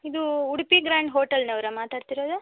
ಇದು ಉಡುಪಿ ಗ್ರ್ಯಾಂಡ್ ಹೋಟೆಲ್ನವ್ರಾ ಮಾತಾಡ್ತಿರೋದು